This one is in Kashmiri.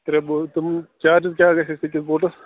ترٛےٚ بوٹ تِم چارجِز کیٛاہ گژھِ اَسہِ أکِس بوٹس